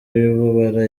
wibabara